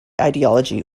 ideology